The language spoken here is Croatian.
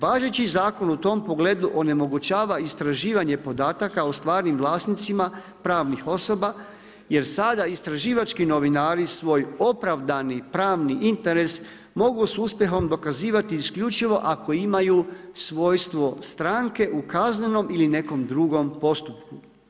Važeći zakon u tom pogledu onemogućava istraživanje podataka o stvarnim vlasnicima pravnih osoba jer sada istraživački novinari svoj opravdani pravni interes mogu s uspjehom dokazivati isključivo ako imaju svojstvo stranke u kaznenom ili nekom drugom postupku.